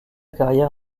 carrière